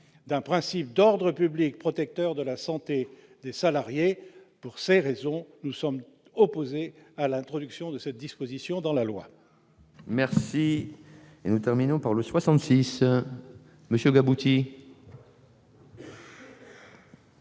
d'un principe d'ordre public protecteur de la santé des salariés. Pour ces raisons, nous sommes opposés à l'introduction de cette disposition dans la loi. Très bien ! L'amendement n° 66 rectifié,